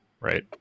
right